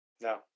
No